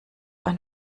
ein